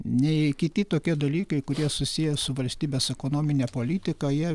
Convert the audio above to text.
nei kiti tokie dalykai kurie susiję su valstybės ekonomine politika jie